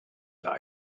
lie